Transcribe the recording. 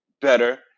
better